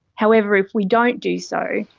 however, if we don't do so,